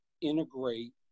integrate